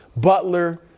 Butler